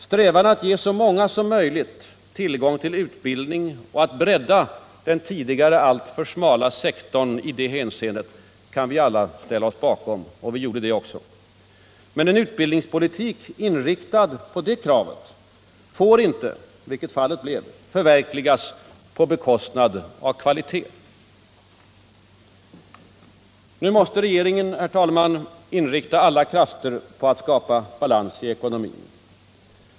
Strävan att ge så många människor som möjligt tillgång till utbildning och att bredda den tidigare alltför smala sektorn i det hänseendet kan alla ställa sig bakom — och vi gjorde också det. Men en utbildningspolitik inriktad härpå får inte, som fallet blev, förverkligas på bekostnad av kvalitetskraven. Herr talman! Regeringen måste nu inrikta alla krafter på att skapa balans i ekonomin.